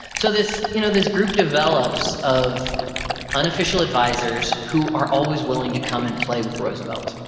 so this you know this group develops of unofficial advisors who are always willing to come and play with roosevelt.